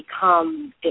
become